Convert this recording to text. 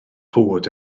fod